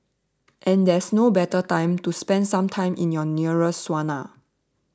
and there is no better time to spend some time in your nearest sauna